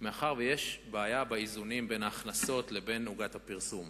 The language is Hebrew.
מאחר שיש בעיה באיזונים בין ההכנסות לבין עוגת הפרסום.